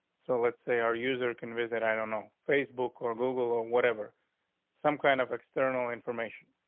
so let's say our user can visit. i don't know facebook or google or whatever some kind of external information.